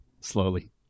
Slowly